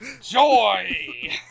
Joy